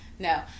No